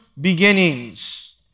Beginnings